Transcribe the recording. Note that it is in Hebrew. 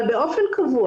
אבל באופן קבוע,